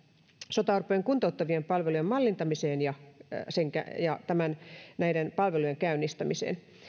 sotaorpojen kuntouttavien palvelujen mallintamiseen ja näiden palvelujen käynnistämiseen